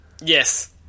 Yes